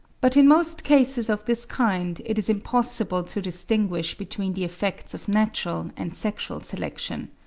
but in most cases of this kind it is impossible to distinguish between the effects of natural and sexual selection.